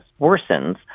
worsens